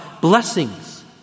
blessings